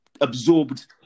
absorbed